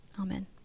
Amen